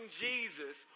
Jesus